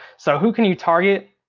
so who can you target?